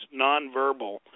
nonverbal